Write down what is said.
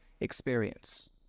experience